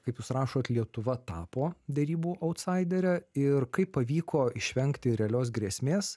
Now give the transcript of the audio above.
kaip jūs rašot lietuva tapo derybų autsaidere ir kaip pavyko išvengti realios grėsmės